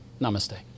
Namaste